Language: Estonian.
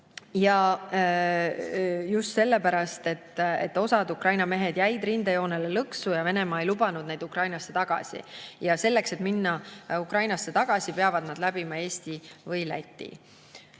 ka sellepärast, et osa Ukraina mehi jäi rindejoonele lõksu ja Venemaa ei lubanud neid Ukrainasse tagasi. Ja selleks, et minna Ukrainasse tagasi, peavad nad läbima Eesti või Läti.